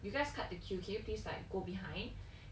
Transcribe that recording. you guys cut the queue can you please like go behind